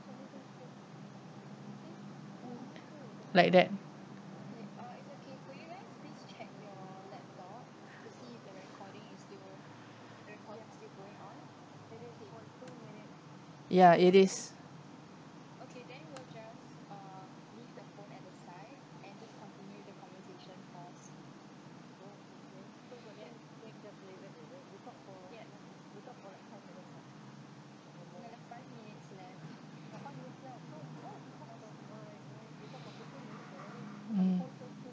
like that ya it is mm